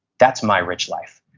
that's my rich life.